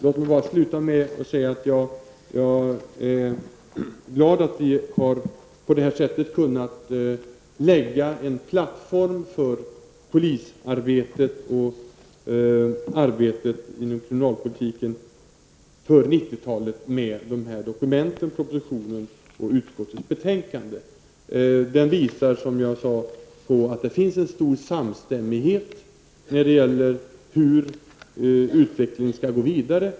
Låt mig sluta med att säga att jag är glad att vi med propositionen och utskottets betänkande har kunnat lägga en plattform för polisarbetet och arbetet inom kriminalpolitiken under 90-talet. Det visar, som jag sade, att det finns en stor samstämmighet när det gäller hur utvecklingen skall gå vidare.